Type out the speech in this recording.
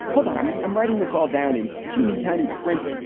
hold on. i'm i'm writing this all down in teeny tiny print,